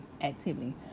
activity